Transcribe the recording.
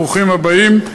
ברוכים הבאים.